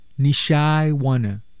Nishaiwana